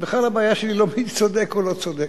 בכלל, הבעיה שלי היא לא מי צודק או לא צודק.